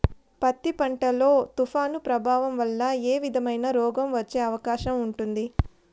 పత్తి పంట లో, తుఫాను ప్రభావం వల్ల ఏ విధమైన రోగం వచ్చే అవకాశం ఉంటుంది?